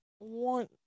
One